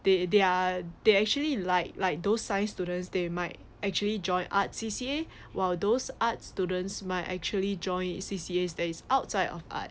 they they are they actually like like those science students they might actually join art C_C_A while those arts students my actually join C_C_As that is outside of art